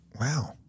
wow